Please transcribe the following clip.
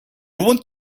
want